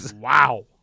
Wow